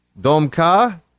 domka